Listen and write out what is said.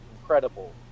incredible